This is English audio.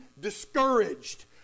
discouraged